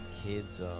Kids